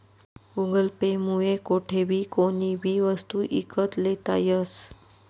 Google Pay मुये कोठेबी कोणीबी वस्तू ईकत लेता यस